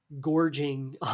gorging